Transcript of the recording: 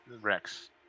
Rex